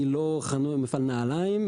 היא לא מפעל נעליים,